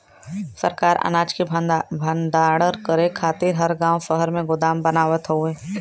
सरकार अनाज के भण्डारण करे खातिर हर गांव शहर में गोदाम बनावत हउवे